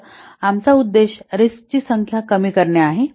तर आमचा उद्देश रिस्क ची संख्या कमी करणे आहे